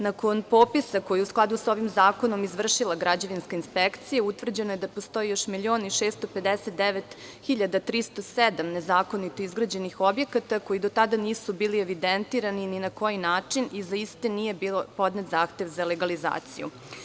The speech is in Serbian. Nakon popisa, koji je u skladu sa ovim zakonom izvršila građevinska inspekcija, utvrđeno je da postoji još 1.659.307 nezakonito izgrađenih objekata, koji do tada nisu bili evidentirani ni na koji način i za iste nije bio podnet zahtev za legalizaciju.